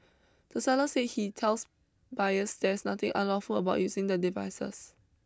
the seller say he tells buyers there's nothing unlawful about using the devices